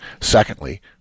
Secondly